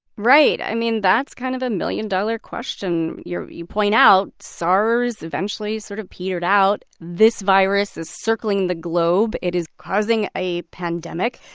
right. i mean, that's kind of the million-dollar question. you you point out sars eventually sort of petered out. this virus is circling the globe it is causing a pandemic.